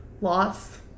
loss